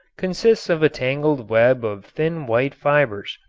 consists of a tangled web of thin white fibers,